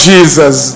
Jesus